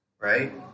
right